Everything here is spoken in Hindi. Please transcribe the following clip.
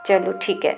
चलो ठीक है